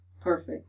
Perfect